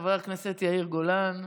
חבר הכנסת יאיר גולן,